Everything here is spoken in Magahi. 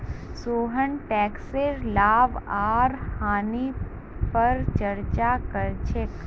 सोहन टैकसेर लाभ आर हानि पर चर्चा कर छेक